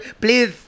Please